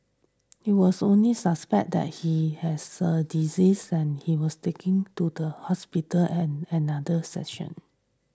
it was only suspected that he has a disease and he was taken to the hospital and another section